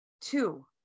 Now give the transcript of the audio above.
two